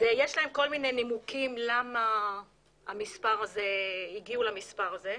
יש להם כל מיני נימוקים למה הגיעו למספר הזה.